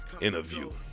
interview